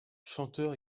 chanteur